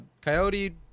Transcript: coyote